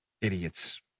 Idiots